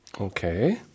Okay